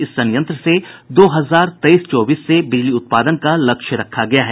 इस संयंत्र से दो हजार तेईस चौबीस से बिजली उत्पादन का लक्ष्य रखा गया है